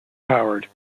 powered